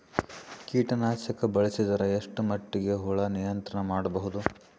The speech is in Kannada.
ಕೀಟನಾಶಕ ಬಳಸಿದರ ಎಷ್ಟ ಮಟ್ಟಿಗೆ ಹುಳ ನಿಯಂತ್ರಣ ಮಾಡಬಹುದು?